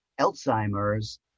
Alzheimer's